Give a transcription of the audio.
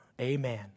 Amen